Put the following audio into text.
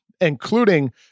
including